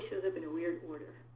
shows up in a weird order.